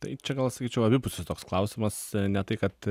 tai čia gal sakyčiau abipusis toks klausimas ne tai kad